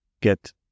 get